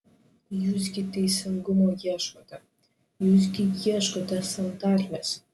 jūs gi teisingumo ieškote jūs gi ieškote santarvės